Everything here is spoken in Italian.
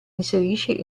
inserisce